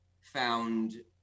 found